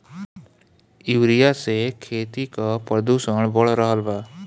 urea से खेती क प्रदूषण बढ़ रहल बा